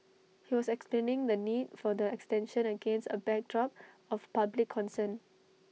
he was explaining the need for the extension against A backdrop of public concern